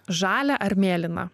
žalia ar mėlyna